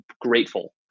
grateful